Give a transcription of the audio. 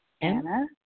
Anna